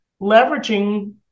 leveraging